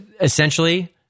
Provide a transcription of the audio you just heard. essentially